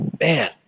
man